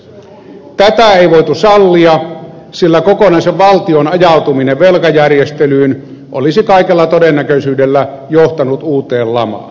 tätä ei voitu sallia sillä kokonaisen valtion ajautuminen velkajärjestelyyn olisi kaikella todennäköisyydellä johtanut uuteen lamaan